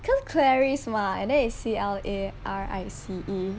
cause clarice mah and then C L A R I C E